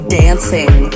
dancing